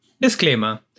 Disclaimer